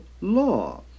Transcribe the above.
law